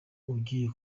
ugiye